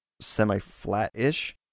semi-flat-ish